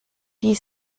die